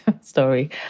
story